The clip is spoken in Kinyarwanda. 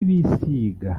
bisiga